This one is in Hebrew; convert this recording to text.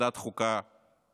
בוועדת חוקה 2,